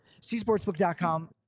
cSportsbook.com